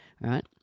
right